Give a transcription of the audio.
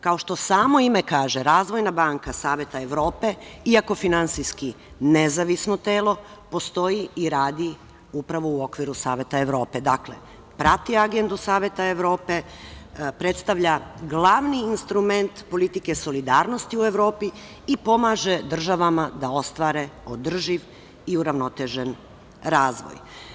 Kao što samo ime kaže, Razvojna banka Saveta Evrope, iako finansijski nezavisno telo, postoji i radi upravo u okviru Saveta Evrope, dakle, prati agendu Saveta Evrope, predstavlja glavni instrument politike solidarnosti u Evropi i pomaže državama da ostvare održiv i uravnotežen razvoj.